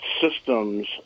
systems